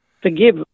forgive